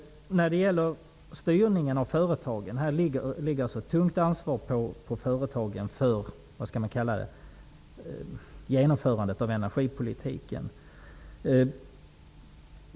Här vilar alltså ett tungt ansvar på företagen för genomförandet av energipolitiken.